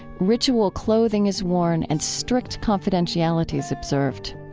ritual clothing is worn, and strict confidentiality is observed.